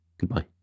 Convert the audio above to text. Goodbye